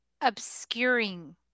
obscuring